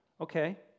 Okay